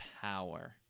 power